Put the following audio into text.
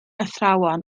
athrawon